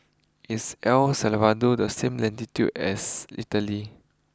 is El Salvador the same latitude as Italy